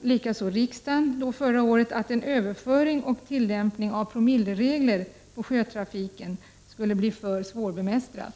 liksom riksdagen förra året att en överföring och tillämpning av promilleregler på sjötrafiken skulle bli för svårbemästrad.